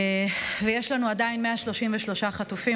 ויש לנו עדיין 133 חטופים.